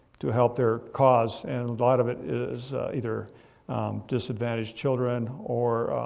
to help their cause. and a lot of it is either disadvantaged children or